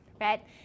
right